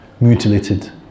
mutilated